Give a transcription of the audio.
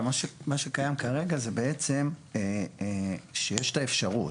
אלא מה שקיים כרגע זה בעצם שיש את האפשרות.